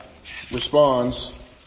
responds